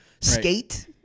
skate